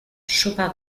sopa